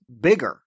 bigger